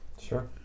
Sure